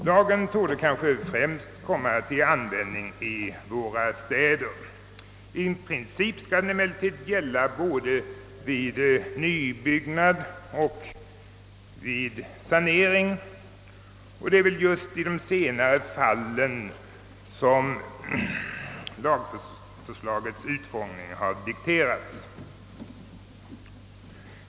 Lagen torde kanske främst komma att få betydelse i våra städer. I princip skall den emellertid gälla både vid nybyggnad och vid sanering, och det är väl just med tanke på det senare som lagförslaget har fått sin utformning.